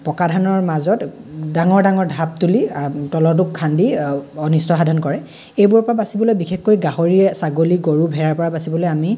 পকা ধানৰ মাজত ডাঙৰ ডাঙৰ ঢাপ তুলি তলৰটো খান্দি অনিষ্ট সাধন কৰে এইবোৰৰ পৰা বাচিবলৈ বিশেষকৈ গাহৰিয়ে ছাগলী গৰু ভেৰাৰ পৰা বাচিবলৈ আমি